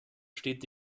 steht